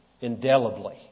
indelibly